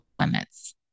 limits